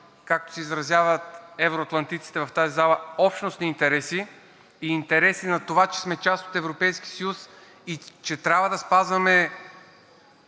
както се изразяват евроатлантиците в тази зала, общностни интереси и интереси на това, че сме част от Европейския съюз и че трябва да спазваме